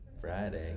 Friday